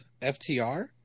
FTR